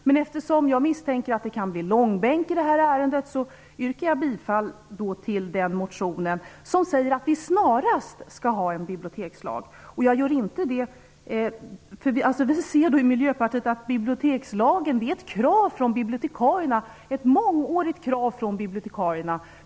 Men eftersom jag misstänker att det kan bli långbänk i det här ärendet yrkar jag bifall till den motion som säger att vi snarast skall ha en bibliotekslag. Vi ser i Miljöpartiet att bibliotekslagen är ett mångårigt krav från bibliotekarierna.